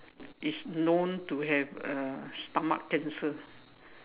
is known to have uh stomach cancer